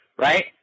right